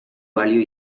balio